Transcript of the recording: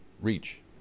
reach